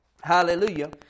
Hallelujah